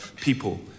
People